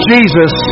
Jesus